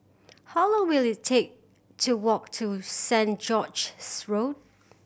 how long will it take to walk to Saint George's Road